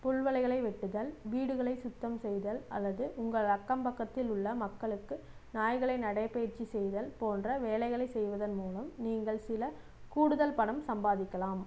புல்வெளிகளை வெட்டுதல் வீடுகளை சுத்தம் செய்தல் அல்லது உங்கள் அக்கம் பக்கத்தில் உள்ள மக்களுக்கு நாய்களை நடைபயிற்சி செய்தல் போன்ற வேலைகளை செய்வதன் மூலம் நீங்கள் சில கூடுதல் பணம் சம்பாதிக்கலாம்